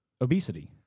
obesity